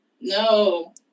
No